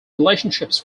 relationships